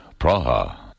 Praha